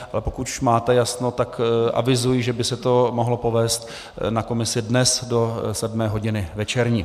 Ale pokud už máte jasno, tak avizuji, že by se to mohlo povést na komisi dnes do 7. hodiny večerní.